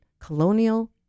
Colonial